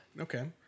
Okay